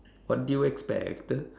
what do you expect